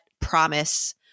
promise